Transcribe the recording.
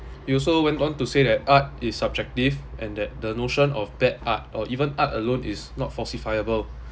you also went on to say that art is subjective and that the notion of bad art or even art alone is not falsifiable